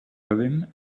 urim